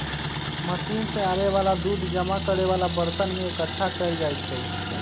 machine से आबे वाला दूध जमा करे वाला बरतन में एकट्ठा कएल जाई छई